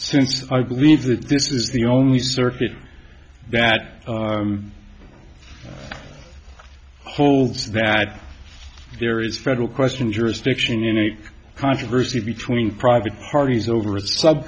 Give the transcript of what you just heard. since i believe that this is the only circuit that holds that there is federal question jurisdiction unique controversy between private parties over a sub